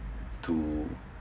to